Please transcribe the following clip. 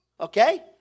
Okay